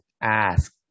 ask